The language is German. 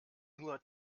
nur